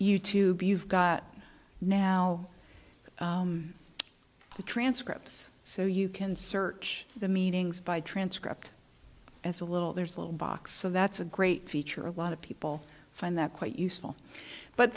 you tube you've got now the transcripts so you can search the meetings by transcript as a little there's a little box so that's a great feature a lot of people find that quite useful but